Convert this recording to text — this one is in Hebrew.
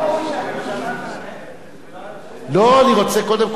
לא, אני רוצה קודם כול להבין מידידי עפו אגבאריה.